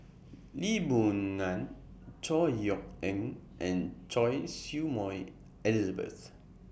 Lee Boon Ngan Chor Yeok Eng and Choy Su Moi Elizabeth